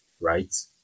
right